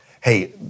Hey